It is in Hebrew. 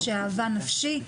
"את שאהבה נפשי",